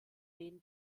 denen